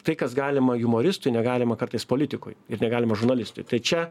tai kas galima jumoristui negalima kartais politikui ir negalima žurnalistui tai čia